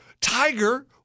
Tiger